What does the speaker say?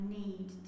need